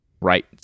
right